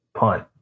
punt